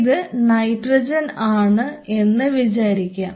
ഇത് നൈട്രജൻ ആണ് എന്ന് വിചാരിക്കാം